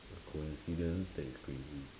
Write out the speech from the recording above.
a coincidence that is crazy